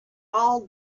all